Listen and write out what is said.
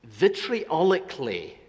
vitriolically